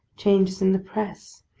changes in the press,